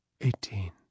eighteen